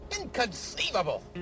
Inconceivable